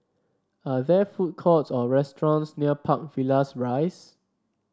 are there food courts or restaurants near Park Villas Rise